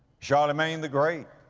charlemagne the great,